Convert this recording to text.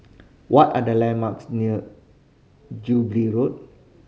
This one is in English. what are the landmarks near Jubilee Road